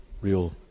Real